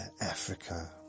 Africa